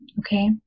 Okay